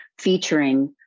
featuring